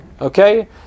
Okay